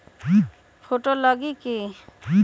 Photo लगी कि?